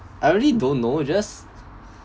I really don't know just